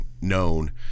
known